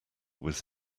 was